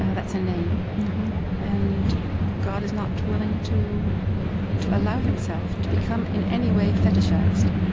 ah that's a name and god is not willing to to allow himself to become in any way fetishized.